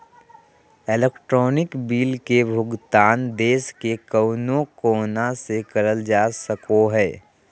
electronic bill के भुगतान देश के कउनो कोना से करल जा सको हय